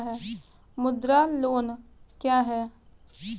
मुद्रा लोन क्या हैं?